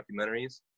documentaries